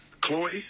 Chloe